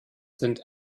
sind